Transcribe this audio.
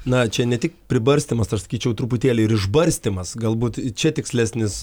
na čia ne tik pribarstymas aš sakyčiau truputėlį ir išbarstymas galbūt čia tikslesnis